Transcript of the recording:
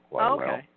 Okay